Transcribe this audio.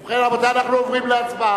ובכן, רבותי, אנחנו עוברים להצבעה.